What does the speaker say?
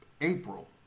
April